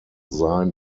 zine